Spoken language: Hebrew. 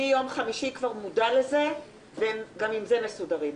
ומיום חמישי הוא מודע לזה וגם עם זה הם מסודרים.